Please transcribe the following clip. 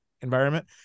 environment